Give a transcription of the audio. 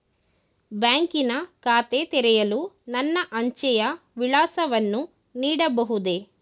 ಬ್ಯಾಂಕಿನ ಖಾತೆ ತೆರೆಯಲು ನನ್ನ ಅಂಚೆಯ ವಿಳಾಸವನ್ನು ನೀಡಬಹುದೇ?